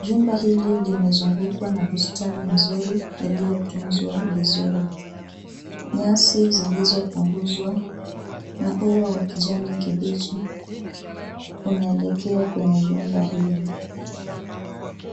Jumba hilin limezungukwa na bustani nzuri iliyotunzwa vizuri. Nyasi zilizopunguzwa na ua wa kijani kibichi unaelekea kwenye jumba hili.